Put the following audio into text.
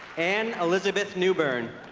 ann elizabeth newburn